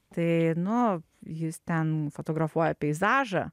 tai nu jis ten fotografuoja peizažą